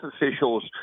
officials